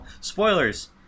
Spoilers